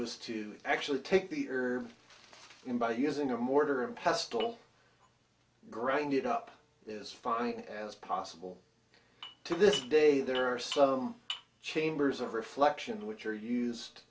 was to actually take the herb in by using a mortar and pestle grind it up is fine as possible to this day there are some chambers of reflection which are used